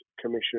Commission